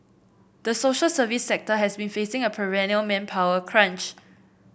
the social service sector has been facing a perennial manpower crunch